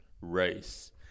race